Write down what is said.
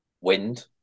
wind